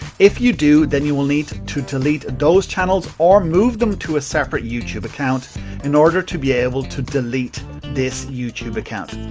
if you do then you will need to delete those channels or move them to a separate youtube account in order to be able to delete this youtube account.